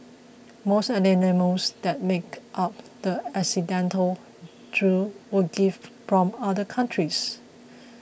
most of the animals that made up the accidental zoo were gifts from other countries